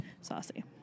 Saucy